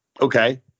Okay